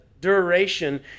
duration